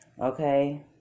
Okay